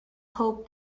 hoped